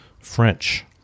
French